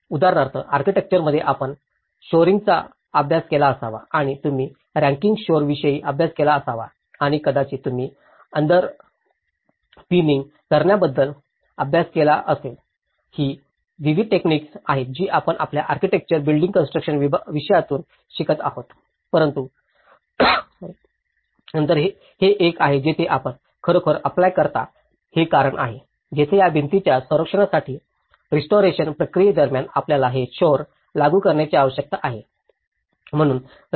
उदाहरणार्थ आर्किटेक्चरमध्ये आपण शोरिंगचा अभ्यास केला असावा आणि तुम्ही रॅकिंग शोर विषयी अभ्यास केला असावा आणि कदाचित तुम्ही अंदरपिनिंग करण्याबद्दल अभ्यास केला असेल ही विविध टेक्निक्स आहेत जी आपण आपल्या आर्किटेक्चर बिल्डिंग कन्स्ट्रक्शन विषयातून शिकत आहोत परंतु नंतर हे एक आहे जिथे आपण खरोखर अप्लाय करता हे कारण आहे जेथे या भिंतीच्या संरक्षणासाठी आणि रेस्टोरेशन प्रक्रियेदरम्यान आपल्याला हे शॉर लागू करण्याची आवश्यकता आहे